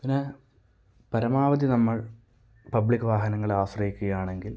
പിന്നെ പരമാവധി നമ്മൾ പബ്ലിക്ക് വാഹനങ്ങളെ ആശ്രയിക്കുകയാണെങ്കിൽ